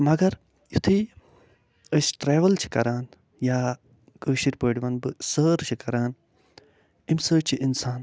مگر یُتھٕے أسۍ ٹرٛٮ۪وٕل چھِ کَران یا کٲشِر پٲٹھۍ وَنہٕ بہٕ سٲر چھِ کَران اَمہِ سۭتۍ چھِ اِنسان